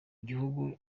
gihugu